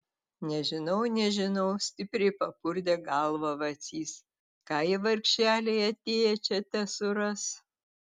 nežinau nežinau stipriai papurtė galvą vacys ką jie vargšeliai atėję čia tesuras